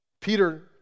Peter